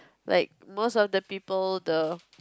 like most of the people the